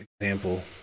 example